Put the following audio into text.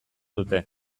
dute